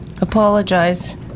apologize